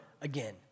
again